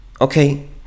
Okay